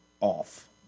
off